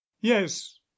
yes